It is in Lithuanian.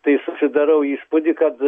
tai susidarau įspūdį kad